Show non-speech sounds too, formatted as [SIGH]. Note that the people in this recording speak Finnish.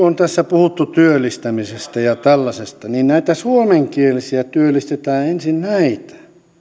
[UNINTELLIGIBLE] on tässä puhuttu työllistämisestä ja tällaisesta näitä suomenkielisiä työllistää työllistetään ensin näitä minun